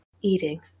Eating